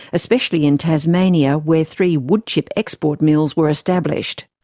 especially in tasmania, where three woodchip export mills were established.